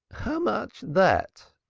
how much that?